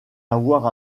avoir